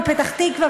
בפתח-תקווה?